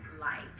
light